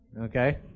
Okay